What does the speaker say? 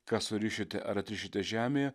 ką surišite ar atrišite žemėje